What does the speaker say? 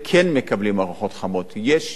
יש שיתופי פעולה,